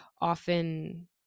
often